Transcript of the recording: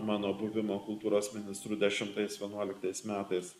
mano buvimo kultūros ministru dešimtais vienuoliktais metais